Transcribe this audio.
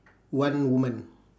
one woman